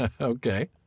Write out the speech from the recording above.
Okay